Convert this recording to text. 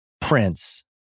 Prince